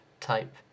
type